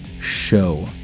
show